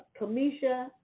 Kamisha